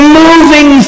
moving